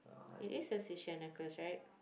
it is a sea shell necklace right